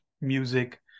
music